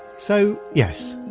so, yes,